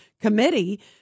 committee